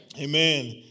Amen